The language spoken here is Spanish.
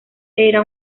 era